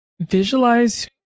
visualize